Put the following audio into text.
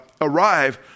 arrive